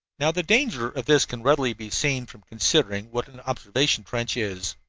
now the danger of this can readily be seen from considering what an observation trench is.